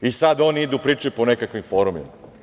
I sad oni idu i pričaju po nekakvim forumima.